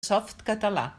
softcatalà